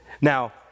Now